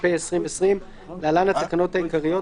התש״ף־2020 (להלן - התקנות העיקריות),